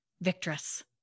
Victress